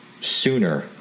sooner